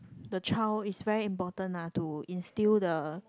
the child is very important lah to instill the